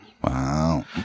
Wow